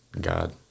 God